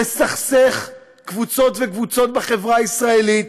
לסכסך בין קבוצות לקבוצות בחברה הישראלית,